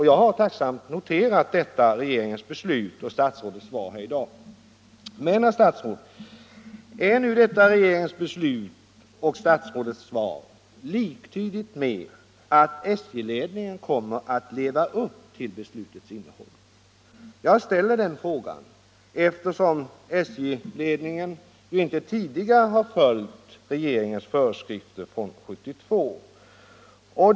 Jag har tacksamt noterat detta regeringens beslut och statsrådets svar här i dag. Men, herr statsråd, är nu detta regeringens beslut och statsrådets svar liktydigt med att SJ-ledningen kommer att leva upp till beslutets innehåll? Jag ställer den frågan, eftersom SJ-ledningen tidigare inte har följt regeringens föreskrifter från 1972.